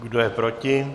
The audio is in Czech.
Kdo je proti?